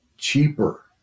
Cheaper